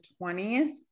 20s